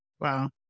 Wow